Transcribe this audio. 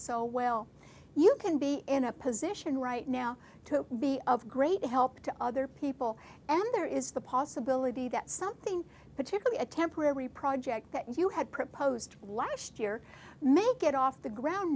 so well you can be in a position right now to be of great help to other people and there is the possibility that something particularly a temporary project that you had proposed last year may get off the ground